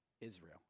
Israel